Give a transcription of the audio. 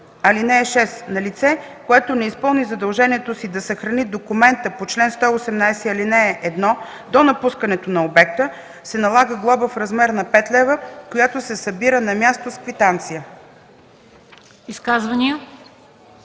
ал. 4. (6) На лице, което не изпълни задължението си да съхрани документа по чл. 118, ал. 1 до напускането на обекта, се налага глоба в размер 5 лв., която се събира на място с квитанция.”